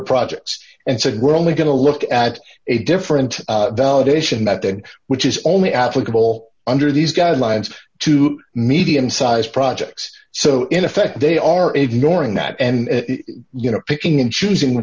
projects and said we're only going to look at a different validation that then which is only applicable under these guidelines to medium sized projects so in effect they are ignoring that and you know picking and choosing